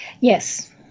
Yes